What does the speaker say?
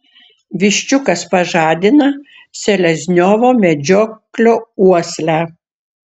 viščiukas pažadina selezniovo medžioklio uoslę